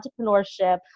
entrepreneurship